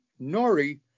Nori